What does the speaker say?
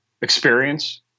experience